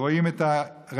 ורואים את הרנסנס